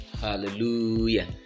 hallelujah